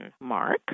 mark